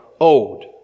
owed